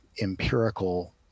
empirical